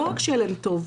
לא רק שיהיה להם טוב,